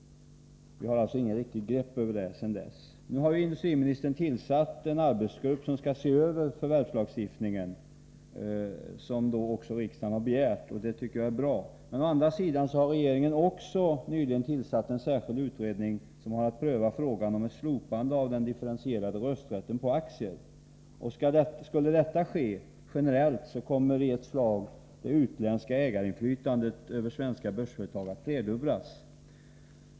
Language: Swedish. Vi har alltså sedan dess inget riktigt grepp över dem. Nu har industriministern tillsatt en arbetsgrupp som skall se över förvärvslagstiftningen, vilket riksdagen har begärt. Det tycker jag är bra. Å andra sidan har regeringen nyligen tillsatt en särskild utredning som har att pröva frågan om ett slopande av den differentierade rösträtten när det gäller aktier. Skulle det ske generellt, kommer i ett slag det utländska ägarinflytandet över svenska börsföretag att flerdubblas.